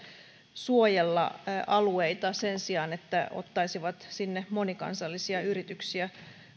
suojella alueita sen sijaan että ottaisivat sinne monikansallisia yrityksiä